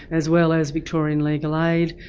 as well as victorian legal aid,